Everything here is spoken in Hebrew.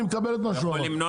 אני מקבל את מה שהוא אמר,